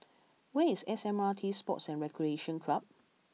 where is S M R T Sports and Recreation Club